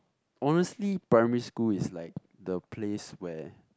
honestly primary school is like the place where